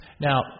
Now